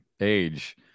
age